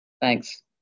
Thanks